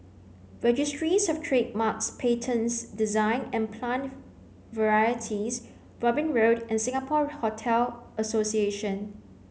registries Of Trademarks Patents Design and Plant Varieties Robin Road and Singapore Hotel Association